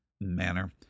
manner